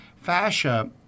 fascia